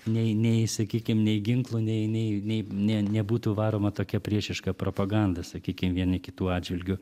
nei nei sakykim nei ginklų nei nei nei nė nebūtų varoma tokia priešiška propaganda sakykim vieni kitų atžvilgiu